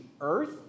earth